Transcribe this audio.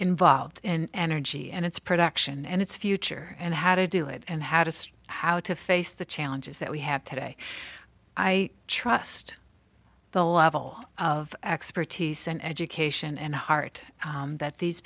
involved in energy and its production and its future and how to do it and how to stay how to face the challenges that we have today i trust the level of expertise and education and heart that these